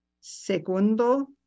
segundo